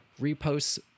reposts